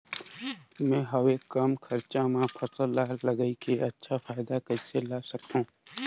मैं हवे कम खरचा मा फसल ला लगई के अच्छा फायदा कइसे ला सकथव?